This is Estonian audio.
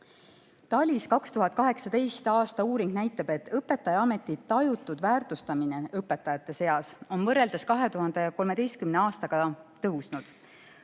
TALIS 2018. aasta uuring näitab, et õpetajaameti tajutud väärtustamine õpetajate seas on võrreldes 2013. aastaga tõusnud.